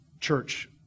church